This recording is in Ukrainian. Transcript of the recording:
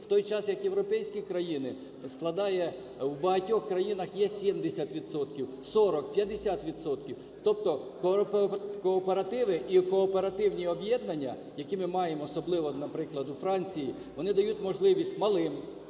в той час як в європейських країнах складає, в багатьох країнах є 70 відсотків, 40, 50 відсотків. Тобто кооперативи і кооперативні об'єднання, які ми маємо, особливо, наприклад, у Франції, вони дають можливість малим,